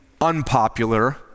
unpopular